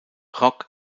rock